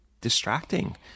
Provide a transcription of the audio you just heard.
distracting